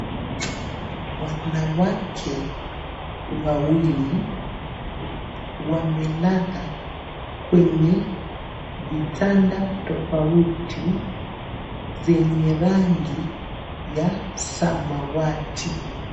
Wanawake wawili wamelala kwenye vitanda tofauti zenye rangi ya samawati.